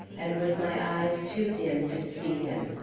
and with my eyes too dim to see him.